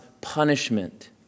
punishment